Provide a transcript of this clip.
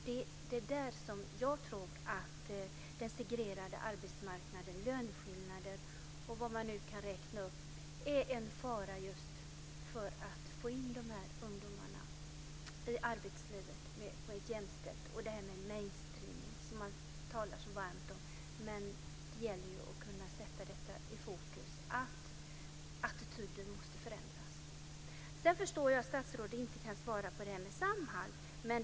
Det är där som jag tror att den segregerade arbetsmarknaden, löneskillnaderna och allt vad man kan räkna upp är en fara när man ska försöka få in de här ungdomarna i arbetslivet på ett jämställt sätt. Man talar också så varmt om mainstreaming. Det gäller att kunna sätta detta i fokus, att attityder måste förändras. Jag förstår att statsrådet inte kan svara beträffande Samhall.